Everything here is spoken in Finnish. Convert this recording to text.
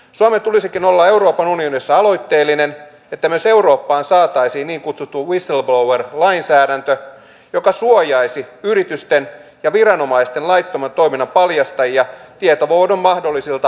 suomen tulisikin olla euroopan unionissa aloitteellinen että myös eurooppaan saataisiin niin kutsuttu whistleblower lainsäädäntö joka suojaisi yritysten ja viranomaisten laittoman toiminnan paljastajia tietovuodon mahdollisilta juridisilta seurauksilta